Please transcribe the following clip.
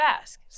ask